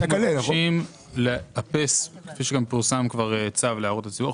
אנחנו מבקשים לאפס כפי שגם פורסם כבר צו להערות הציבור,